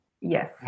Yes